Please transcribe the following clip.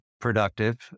productive